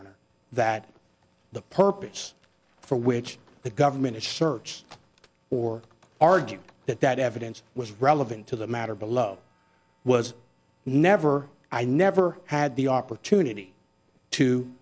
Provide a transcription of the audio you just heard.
honor that the purpose for which the government asserts or argue that that evidence was relevant to the matter below was never i never had the opportunity to